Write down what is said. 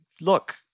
look